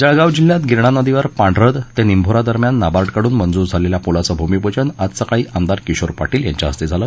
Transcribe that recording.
जळगाव जिल्ह्यात गिरणा नदीवर पांढरद ते निंभोरा दरम्यान नाबार्ड कडून मंजूर झालेल्या पुलाचं भूमीपूजन आज सकाळी आमदार किशोर पाटील यांच्या हस्ते झालं